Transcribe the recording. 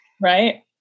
Right